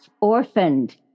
orphaned